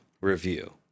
review